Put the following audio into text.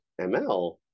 ml